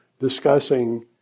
discussing